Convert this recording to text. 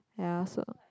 ya so